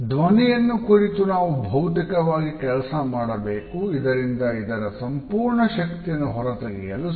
ಧ್ವನಿಯನ್ನು ಕುರಿತು ನಾವು ಭೌತಿಕವಾಗಿ ಮೊದಲು ಕೆಲಸ ಮಾಡಬೇಕು ಇದರಿಂದ ಅದರ ಸಂಪೂರ್ಣ ಶಕ್ತಿಯನ್ನು ಹೊರತೆಗೆಯಲು ಸಾಧ್ಯ